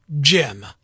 Jim